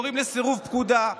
קוראים לסירוב פקודה,